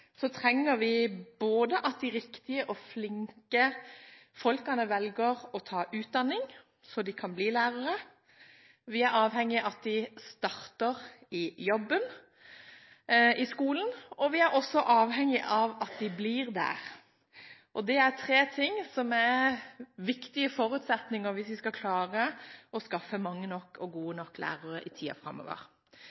så de kan bli lærere, vi er avhengige av at de starter å jobbe i skolen, og vi er også avhengige av at de blir der. Det er tre viktige forutsetninger hvis vi skal klare å skaffe mange nok og gode